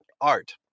art